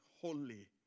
holy